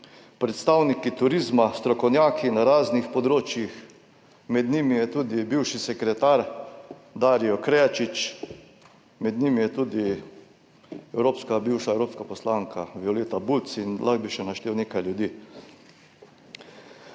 predstavniki turizma, strokovnjaki na raznih področjih, med njimi je tudi bivši sekretar Darij Krajčič, med njimi je tudi bivša evropska poslanka Violeta Bulc in lahko bi še naštel nekaj ljudi.